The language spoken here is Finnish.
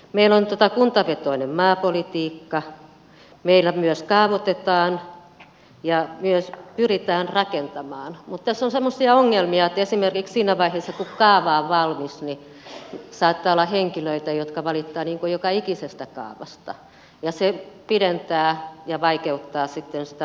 meillä on kuntavetoinen maapolitiikka meillä kaavoitetaan ja myös pyritään rakentamaan mutta tässä on semmoisia ongelmia että esimerkiksi siinä vaiheessa kun kaava on valmis saattaa olla henkilöitä jotka valittavat joka ikisestä kaavasta ja se vaikeuttaa sitten sitä varsinaista asuntotuotantoa